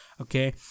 Okay